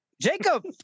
Jacob